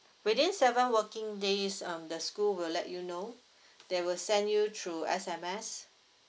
within seven working days um the school will let you know they will send you through S_M_S